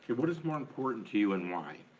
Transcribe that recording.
what is more important to you and why?